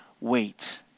wait